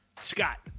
scott